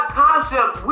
concept